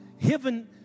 heaven